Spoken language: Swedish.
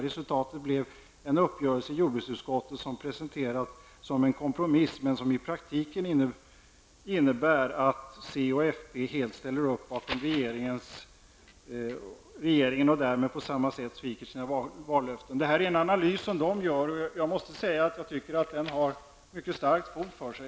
Resultatet blev en uppgörelse i jordbruksutskottet som presenteras som en kompromiss men som i praktiken innebär att c och fp helt ställer upp bakom regeringen och därmed på samma sätt sviker sina vallöften. Jag måste säga att jag tycker att denna analys har mycket starkt fog för sig.